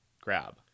grab